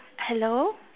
hello